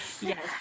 Yes